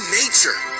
nature